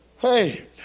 Hey